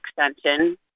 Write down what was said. Extension